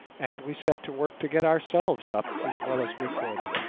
and we set to work to get ourselves up as well as we could.